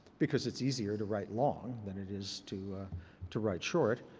because it's easier to write long than it is to to write short.